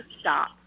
stop